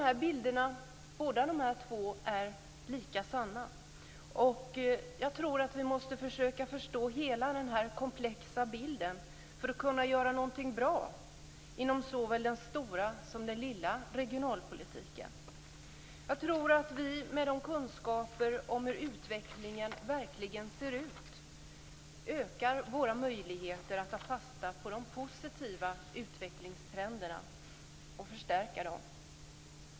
Båda dessa bilder är lika sanna. Jag tror att vi måste försöka förstå hela den här komplexa bilden för att kunna göra något bra inom såväl den stora som den lilla regionalpolitiken. Jag tror att vi med kunskaper om hur utvecklingen verkligen ser ut ökar våra möjligheter att ta fasta på de positiva utvecklingstrenderna och förstärka dem.